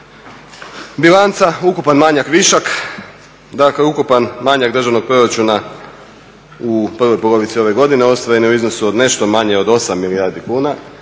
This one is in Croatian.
Bilanca, ukupan manjak, višak, dakle ukupan manjak državnog proračuna u prvoj polovici ove godine ostvaren je u iznosu od nešto manje od 8 milijardi kuna